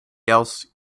else